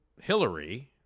Hillary